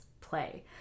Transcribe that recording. play